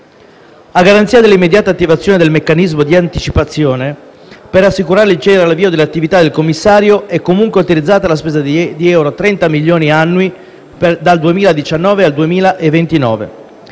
A garanzia dell’immediata attivazione del meccanismo di anticipazione, per assicurare il celere avvio delle attività del commissario, è comunque autorizzata la spesa di 30 milioni annui dal 2018 al 2029.